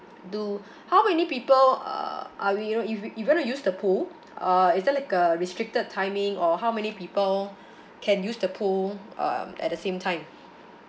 do how many people uh are we you know if we if we gonna use the pool uh is there like a restricted timing or how many people can use the pool um at the same time